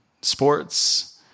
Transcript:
sports